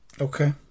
Okay